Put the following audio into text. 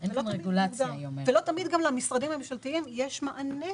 לא תמיד למשרדים הממשלתיים יש מענה